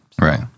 Right